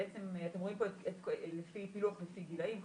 בעצם אתם רואים פה פילוח לפי גילאים,